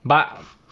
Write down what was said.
but